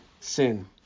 sin